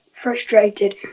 frustrated